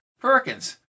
Perkins